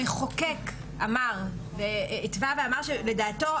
המחוקק התווה ואמר שלדעתו,